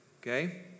okay